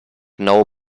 nou